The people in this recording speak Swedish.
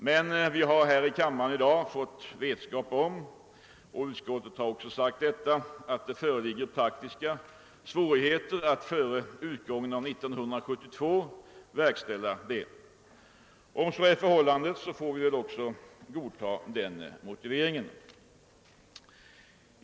Men vi har här i kammaren i dag fått veta — och utskottet har också sagt det — att det föreligger praktiska svårigheter att genomföra det före utgången av 1972. Om så är förhållandet, får vi också godta detta.